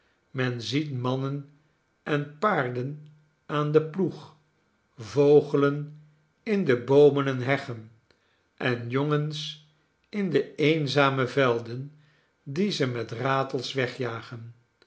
men ziet mannen en paarden aan den ploeg vogelen in de boomen en heggen en jongens in de eenzarne velden die ze met ratels wegjagen